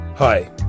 Hi